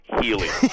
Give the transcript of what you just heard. helium